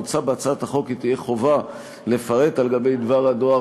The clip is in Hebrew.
מוצע בהצעת החוק כי תהיה חובה לפרט על-גבי דבר הדואר